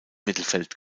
mittelfeld